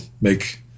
make